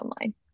online